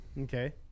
Okay